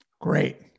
Great